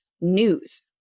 news